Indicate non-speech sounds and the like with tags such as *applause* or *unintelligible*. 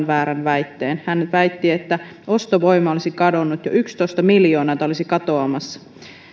*unintelligible* väärän väitteen hän väitti että ostovoima olisi kadonnut jo yksitoista miljoonaa olisi katoamassa